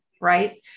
right